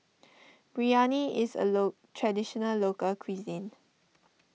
Biryani is a low Traditional Local Cuisine